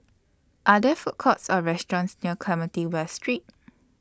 Are There Food Courts Or restaurants near Clementi West Street